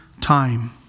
time